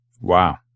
Wow